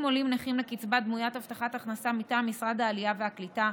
עולים נכים לקצבה דמוית הבטחת הכנסה מטעם משרד העלייה והקליטה,